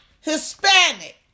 Hispanic